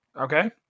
Okay